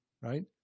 right